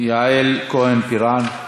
יעל כהן-פארן.